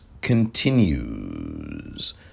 continues